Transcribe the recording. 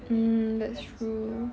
um that's true